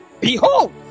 behold